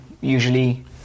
usually